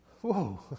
Whoa